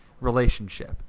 relationship